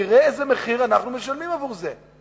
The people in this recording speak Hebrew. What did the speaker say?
תראה איזה מחיר אנחנו משלמים עבור זה.